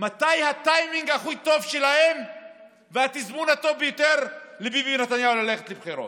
מתי הטיימינג הכי טוב והתזמון הטוב ביותר לביבי נתניהו ללכת לבחירות.